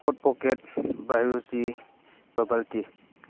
ꯍꯣꯠ pocket ꯕꯥꯏꯌꯨꯆꯤ ꯕꯕꯜ T